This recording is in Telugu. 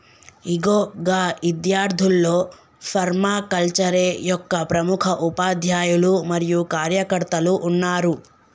ఇగో గా ఇద్యార్థుల్లో ఫర్మాకల్చరే యొక్క ప్రముఖ ఉపాధ్యాయులు మరియు కార్యకర్తలు ఉన్నారు